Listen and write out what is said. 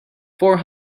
four